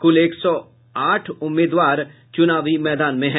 कुल एक सौ आठ उम्मीदवार चुनावी मैदान में हैं